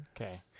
Okay